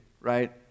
right